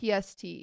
pst